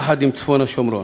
יחד עם צפון השומרון.